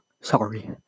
Sorry